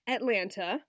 Atlanta